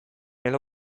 edo